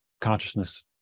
consciousness